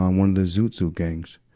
um one of the zoot suit gangs.